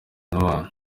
n’abantu